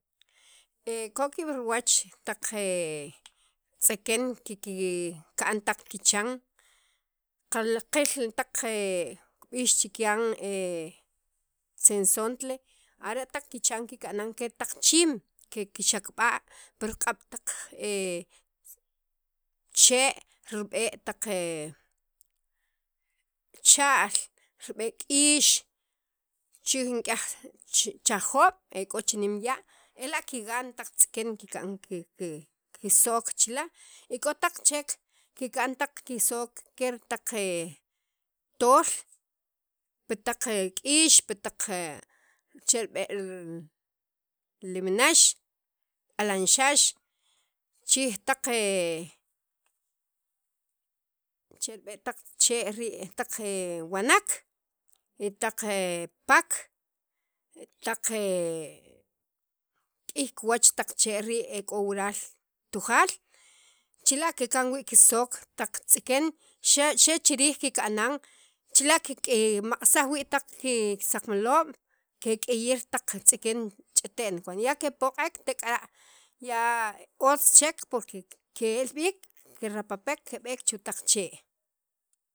k'o ki'ab' riwach taq tz'iken kika'n taq kichan qil taq e kib'ix chikyan sensontle ara' taq kichan kika'anan ketaq chiim kekxakb'a' pir q'ab' taq chee' rib'e' taq cha'l rib'e' k'iix chij nik'yaj chajob' ek'o chi' nemya' ela' kigan taq tz'iken kika'an kiki ki kisok chika y k'i taq chek kikb'an kisook ker taq tol pi taq k'iix, pi ta che rib'e' nimnax alanxax chi riij taq che rib'e' taq chee' rii' taq wanak, taq pak, taq k'iy kiwach taq chee' rii' e k'o wural tujaal, chila' kika'n wii' kisook taq tz'iken cher chiriij kikanan chila' kikmaqsaj wii' taq kisaqmaloob' kek'iyir taq tz'iken ch'ite'n cuando ya kepoq'ek tek'ara' ya otz chek porque ke ke'al b'iik kerapapek keb'eek chu' taq chee'.